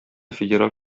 федераль